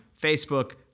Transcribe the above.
Facebook